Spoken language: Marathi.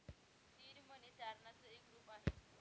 सीड मनी तारणाच एक रूप आहे